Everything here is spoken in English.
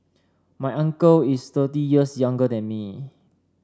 my uncle is thirty years younger than me